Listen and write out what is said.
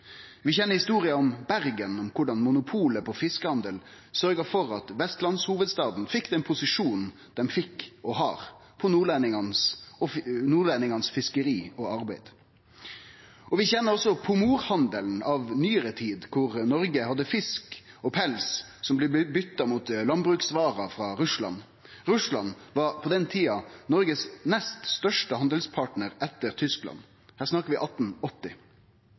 Vi kjenner historia om Bergen og korleis monopolet på fiskehandel sørgde for at vestlandshovudstaden fekk den posisjonen han fekk – og har – på fiskeria og arbeidet til nordlendingane. Vi kjenner også pomorhandelen, frå nyare tid, der Noreg hadde fisk og pels som blei bytt bort mot landbruksvarer frå Russland. Russland var på den tida den nest største handelspartnaren til Noreg, nest etter Tyskland. No snakkar vi